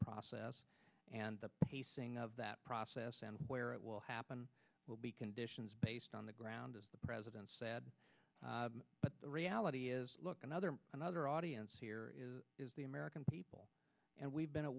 process and the pacing of that process and where it will happen will be conditions based on the ground as the president said but the reality is another another audience here is the american people and we've been a